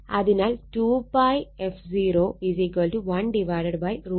അതിനാൽ 2π f01√L C